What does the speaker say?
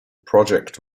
project